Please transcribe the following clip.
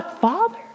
Father